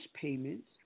payments